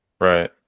Right